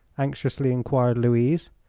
anxiously enquired louise.